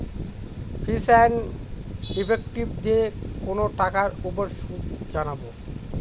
ফিচ and effective দিয়ে কোনো টাকার উপর সুদ জানবো